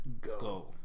go